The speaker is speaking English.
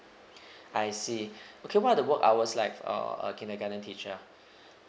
I see okay what are the work hours like of uh a kindergarten teacher